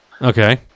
Okay